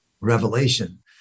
revelation